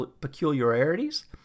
peculiarities